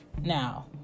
Now